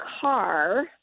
car